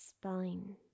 spine